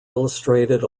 illustrated